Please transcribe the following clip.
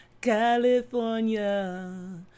California